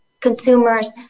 consumers